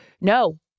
No